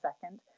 second